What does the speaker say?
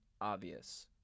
obvious